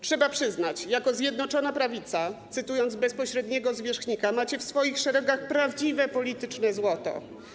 Trzeba przyznać, że jako Zjednoczona Prawica - cytuję bezpośredniego zwierzchnika - macie w swoich szeregach prawdziwe polityczne złoto.